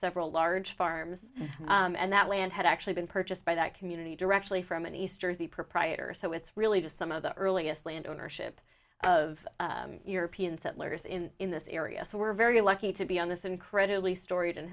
several large farms and that land had actually been purchased by that community directly from an easter the proprietor so it's really just some of the earliest land ownership of european settlers in in this area so we're very lucky to be on this incredibly storied and